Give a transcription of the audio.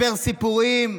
לספר סיפורים,